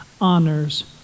honors